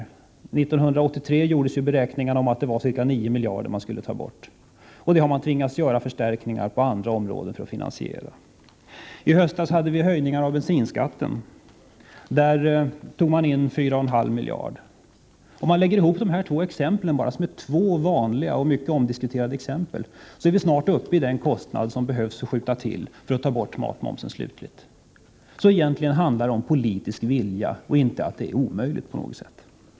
1983 gjordes beräkningen cirka nio miljarder, och man har tvingats göra förstärkningar på andra områden för att finansiera detta. I höstas fick vi höjningar av bensinskatten. Där tog man in fyra och en halv miljard. Om man nöjer sig med dessa två vanliga och mycket omdiskuterade exempel är vi snart uppe i den kostnad det behöver skjutas till för att ta bort matmomsen. Egentligen handlar det om politisk vilja och inte om att det skulle vara omöjligt.